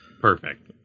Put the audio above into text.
Perfect